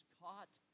caught